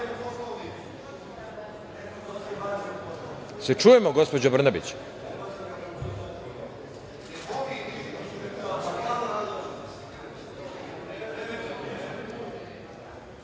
se čujemo, gospođo Brnabić?